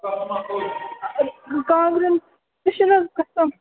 کانٛگرٮ۪ن تہِ چھِنہٕ حظ قٕسَم